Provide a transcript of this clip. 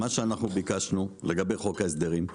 מה שאנחנו ביקשנו לגבי חוק ההסדרים זה